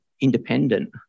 independent